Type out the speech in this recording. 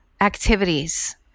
activities